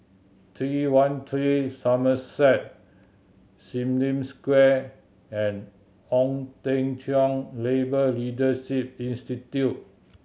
Three One Three Somerset Sim Lim Square and Ong Teng Cheong Labour Leadership Institute